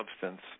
substance